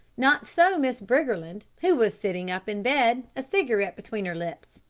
not so miss briggerland, who was sitting up in bed, a cigarette between her lips,